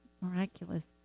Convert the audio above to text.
miraculous